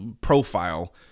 profile